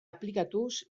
aplikatuz